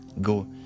go